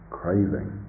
craving